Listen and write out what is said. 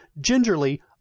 gingerly